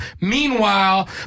Meanwhile